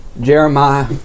Jeremiah